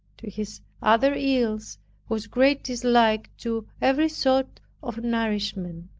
to his other ills was great dislike to every sort of nourishment